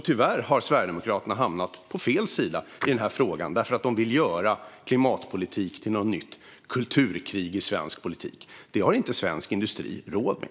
Tyvärr har Sverigedemokraterna hamnat på fel sida i frågan, för att de vill göra klimatpolitik till ett nytt kulturkrig i svensk politik. Det har svensk industri inte råd med.